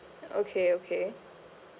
okay okay